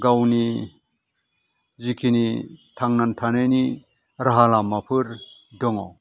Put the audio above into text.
गावनि जिखिनि थांनानै थानायनि राहा लामाफोर दङ